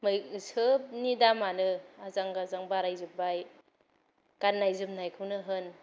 मै सबनि दामानो आजां गाजां बारायजोबबाय गाननाय जोमनायखौनो होन